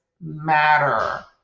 matter